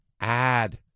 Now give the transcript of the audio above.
add